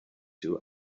you